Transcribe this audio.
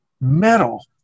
metal